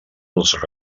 dels